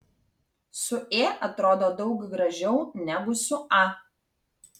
su ė atrodo daug gražiau negu su a